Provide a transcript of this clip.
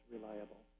reliable